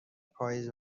پاییز